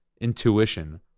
intuition